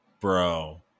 Bro